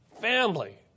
family